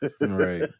Right